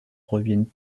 reviennent